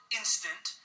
instant